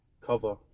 cover